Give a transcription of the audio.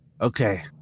Okay